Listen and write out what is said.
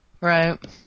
Right